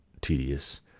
tedious